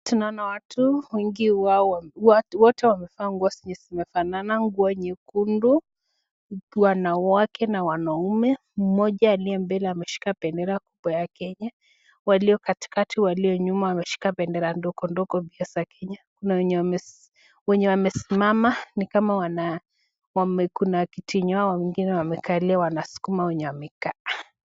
Tunaona watu wengi wao wamevaa nguo zilizo fanana, nguo nyekundu wakiwa wanawake na wanaume. Mmoja aliye mbele ameshika bendera ya Kenya, walio katikati wameshika bendera ndogo ndogo pia za Kenya. Kuna wenye wamesimama nikama kiti yenye hao wengine wamekalia wanasukuma wenye wamekaa.